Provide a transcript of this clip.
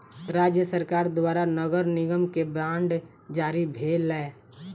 राज्य सरकार द्वारा नगर निगम के बांड जारी भेलै